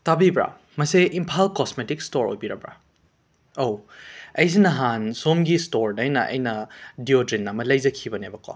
ꯇꯥꯕꯤꯕ꯭ꯔꯥ ꯃꯁꯦ Imphal cosmetic store ꯑꯣꯏꯕꯤꯔꯕ꯭ꯔꯥ ꯑꯧ ꯑꯩꯁꯦ ꯅꯍꯥꯟ ꯁꯣꯝꯒꯤ ꯁ꯭ꯇꯣꯔꯗꯒꯤ ꯑꯩꯅ ꯗꯤꯑꯣꯗ꯭ꯔꯤꯟ ꯑꯃ ꯂꯩꯖꯈꯤꯕꯅꯦꯕꯀꯣ